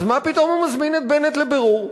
אז מה פתאום הוא מזמין את בנט לבירור?